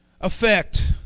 effect